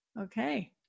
Okay